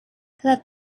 that